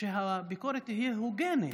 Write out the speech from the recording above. שהביקורת תהיה הוגנת.